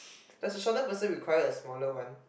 does a shorter person require a smaller one